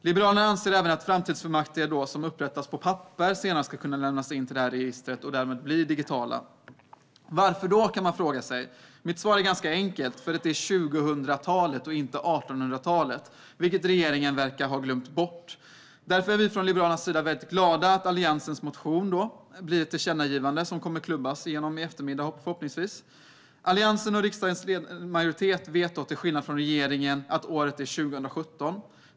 Liberalerna anser att även framtidsfullmakter som upprättas på papper ska kunna lämnas in till detta register senare och därmed bli digitala. Varför då? Mitt svar är ganska enkelt: För att det är 2000-talet och inte 1800-talet, vilket regeringen verkar ha glömt bort. Liberalerna är därför glada över att Alliansens motion blir ett tillkännagivande som förhoppningsvis kommer att klubbas igenom i eftermiddag. Alliansen och riksdagens majoritet vet, till skillnad från regeringen, att året är 2017.